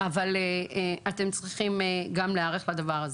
אבל אתם צריכים להיערך לדבר הזה.